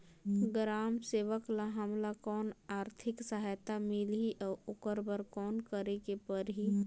ग्राम सेवक ल हमला कौन आरथिक सहायता मिलही अउ ओकर बर कौन करे के परही?